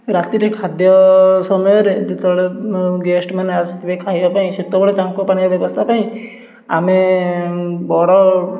ରାତିରେ ଖାଦ୍ୟ ସମୟରେ ଯେତେବେଳେ ଗେଷ୍ଟମାନେ ଆସିଥିବେ ଖାଇବା ପାଇଁ ସେତେବେଳେ ତାଙ୍କ ପାଣିର ବ୍ୟବସ୍ଥା ପାଇଁ ଆମେ ବଡ଼